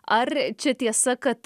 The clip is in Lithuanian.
ar čia tiesa kad